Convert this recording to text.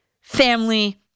family